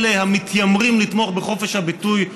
אלה המתיימרים לתמוך בחופש הביטוי,